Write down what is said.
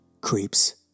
creeps